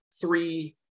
three